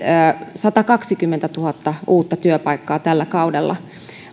satakaksikymmentätuhatta uutta työpaikkaa tällä kaudella